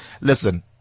listen